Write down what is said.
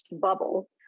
bubble